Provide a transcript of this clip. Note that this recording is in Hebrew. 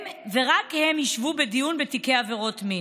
הם ורק הם ישבו בדיון בתיקי עבירות מין.